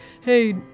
hey